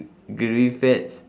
gravy fats